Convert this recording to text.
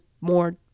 more